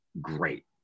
great